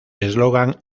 eslogan